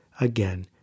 again